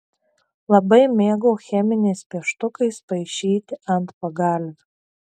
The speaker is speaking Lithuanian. labai mėgau cheminiais pieštukais paišyti ant pagalvių